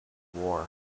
war